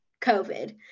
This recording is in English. COVID